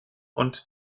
und